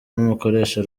n’umukoresha